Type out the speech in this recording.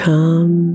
Come